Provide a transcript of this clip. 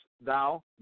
thou